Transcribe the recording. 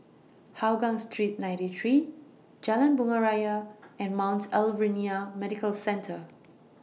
Hougang Street ninety three Jalan Bunga Raya and Mount Alvernia Medical Centre